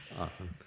Awesome